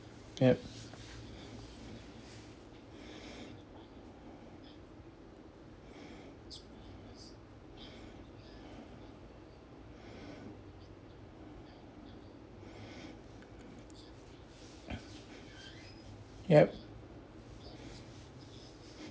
yup yup